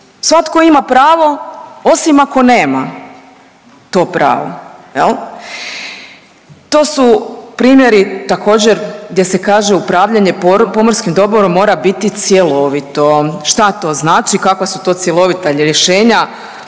svako ima pravo osim ako nema to pravo jel. To su primjeri također gdje se kaže upravljanje pomorskim dobrom mora biti cjelovito. Šta to znači, kakva su to cjelovita rješenja?